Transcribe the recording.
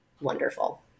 wonderful